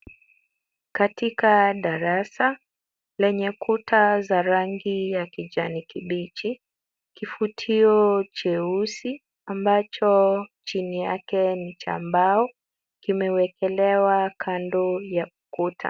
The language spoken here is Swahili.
Katika darasa lenye kuta za rangi ya kijani kibichi, kifutio cheusi ambacho chini yake ni cha mbao, kimeekelewa kando ya kuta.